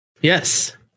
Yes